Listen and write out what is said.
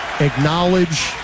acknowledge